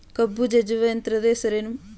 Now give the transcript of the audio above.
ಕಬ್ಬು ಜಜ್ಜುವ ಯಂತ್ರದ ಹೆಸರೇನು?